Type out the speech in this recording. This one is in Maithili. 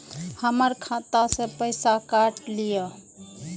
हमर खाता से पैसा काट लिए?